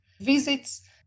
visits